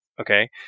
okay